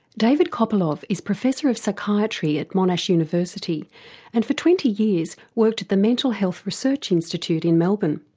david copolov is professor of psychiatry at monash university and for twenty years worked at the mental health research institute in melbourne.